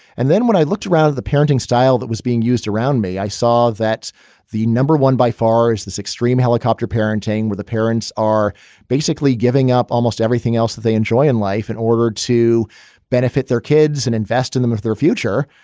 and then when i looked around at the parenting style that was being used around me, i saw that's the number one by far is this extreme helicopter parenting where the parents are basically giving up almost everything else that they enjoy in life in and order to benefit their kids and invest in them of their future.